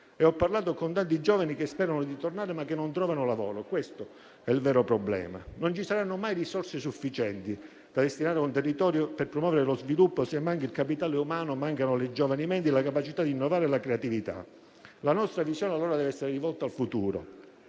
Ho parlato con tanti giovani, che sperano di tornare, ma che non trovano lavoro. Questo è il vero problema: non ci saranno mai risorse sufficienti da destinare a un territorio per promuovere lo sviluppo, se mancheranno il capitale umano, le giovani menti, la capacità di innovare e la creatività. La nostra visione dev'essere allora rivolta al futuro,